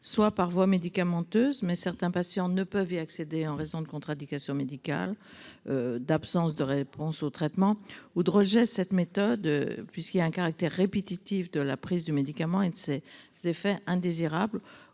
par voie médicamenteuse, auquel certains patients ne peuvent accéder en raison de contre indications médicales, d’absence de réponse au traitement ou de rejet du fait du caractère répétitif de la prise du médicament et de ses effets indésirables